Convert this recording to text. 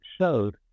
showed